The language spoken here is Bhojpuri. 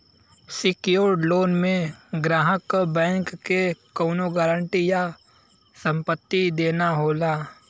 सेक्योर्ड लोन में ग्राहक क बैंक के कउनो गारंटी या संपत्ति देना होला